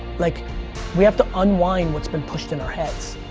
like we have to unwind what's been push in our heads.